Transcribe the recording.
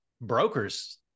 brokers